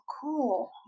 cool